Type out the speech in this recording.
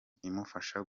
imufasha